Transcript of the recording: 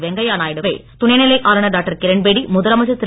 வெங்கையா நாயுடுவை துணை நிலை ஆளுனர் டாக்டர் கிரண்பேடி முதலமைச்சர் திரு